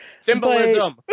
Symbolism